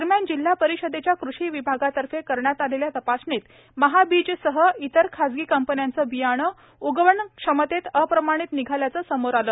दरम्यान जिल्हा परिषदेच्या कृषी विभागातर्फे करण्यात आलेल्या तपासणीत महाबीजसह इतर खासगी कंपन्यांची बियाणे उगवण क्षमतेत अप्रमाणित निघाल्याचे समोर आले